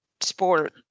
sport